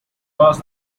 was